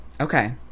Okay